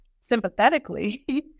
sympathetically